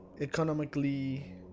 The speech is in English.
economically